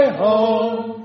home